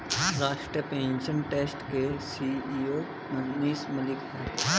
राष्ट्रीय pension trust के CEO Manish Malik है